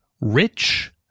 rich